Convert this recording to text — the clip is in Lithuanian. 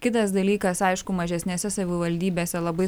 kitas dalykas aišku mažesnėse savivaldybėse labai